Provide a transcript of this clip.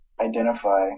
identify